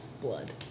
blood